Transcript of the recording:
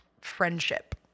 friendship